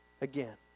again